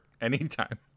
anytime